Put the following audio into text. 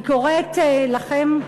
אני קוראת לכם,